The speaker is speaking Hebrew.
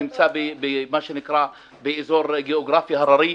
שנמצא באזור גיאוגרפי הררי.